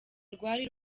rwari